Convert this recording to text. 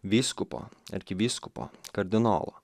vyskupo arkivyskupo kardinolo